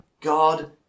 God